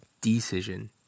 decision